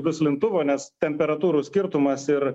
duslintuvo nes temperatūrų skirtumas ir